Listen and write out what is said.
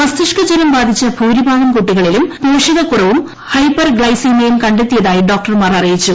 മസ്തിഷ്കജ്വരം ബാധിച്ചു ഭൂരിഭാഗം കുട്ടികളിലും പോഷക കുറവും ഹൈപ്പർ ഗ്ലൈസീമിയും കണ്ടെത്തിയതായി ഡോക്ടർമാർ അറിയിച്ചു